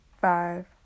five